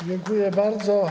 Dziękuję bardzo.